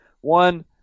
One